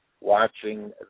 watching